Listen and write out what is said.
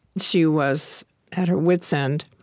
she was at her wit's end.